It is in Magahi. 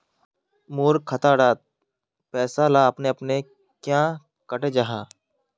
मोर खाता डार पैसा ला अपने अपने क्याँ कते जहा?